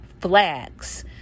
flags